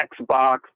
Xbox